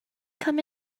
come